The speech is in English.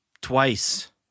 twice